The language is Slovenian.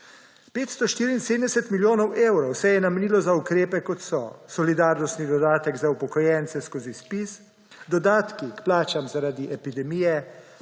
574 milijonov evrov se je namenilo za ukrepe, kot so: solidarnostni dodatek za upokojence skozi ZPIZ, dodatki k plačam zaradi epidemije,